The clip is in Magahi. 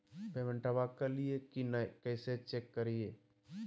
पेमेंटबा कलिए की नय, कैसे चेक करिए?